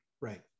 right